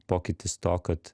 pokytis to kad